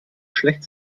schlecht